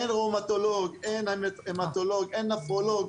אין ראומטולוג, אין המטולוג, אין נפרולוג.